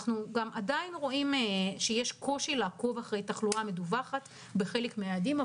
יש עדיין קושי לעקוב אחרי התחלואה המדווחת בחלק מהיעדים,